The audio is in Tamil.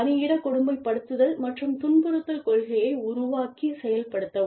பணியிட கொடுமைப்படுத்துதல் மற்றும் துன்புறுத்தல் கொள்கையை உருவாக்கிச் செயல்படுத்தவும்